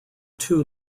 two